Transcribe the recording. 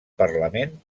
parlament